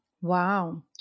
Wow